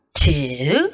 two